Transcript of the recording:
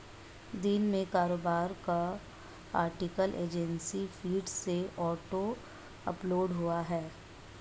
दिन में कारोबार का आर्टिकल एजेंसी फीड से ऑटो अपलोड हुआ है